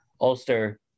Ulster